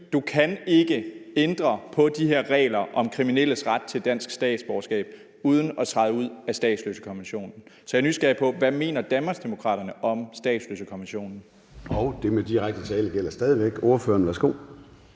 du kan ikke ændre på de her regler om kriminelles ret til dansk statsborgerskab uden at træde ud af statsløsekonventionen. Så jeg er nysgerrig på at høre, hvad Danmarksdemokraterne mener om statsløsekonventionen? Kl. 10:57 Formanden (Søren Gade): Det med direkte tale gælder stadig væk. Ordføreren, værsgo.